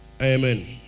Amen